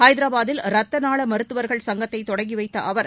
ஹைதரபாத்தில் ரத்த நாள மருத்துவர்கள் சங்கத்தை தொடங்கி வைத்த அவர்